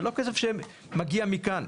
זה לא כסף שמגיע מכאן.